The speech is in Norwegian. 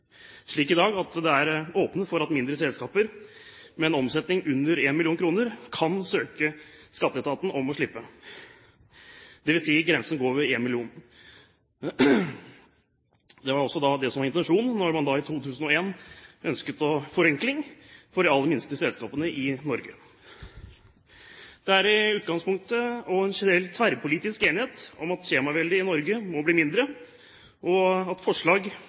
slik i dag at det er åpnet for at mindre selskaper med en omsetning under 1 mill. kr kan søke Skatteetaten om å slippe – dvs. grensen går ved 1 mill. kr. Det var også det som var intensjonen da man i 2001 ønsket forenkling for de aller minste selskapene i Norge. Det er i utgangspunktet generelt tverrpolitisk enighet om at skjemaveldet i Norge må bli mindre, og at forslag